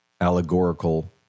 allegorical